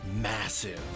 massive